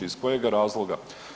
Iz kojeg razloga?